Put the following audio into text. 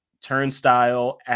turnstile